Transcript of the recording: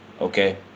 Okay